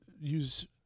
use